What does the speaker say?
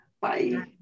Bye